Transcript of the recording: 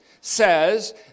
says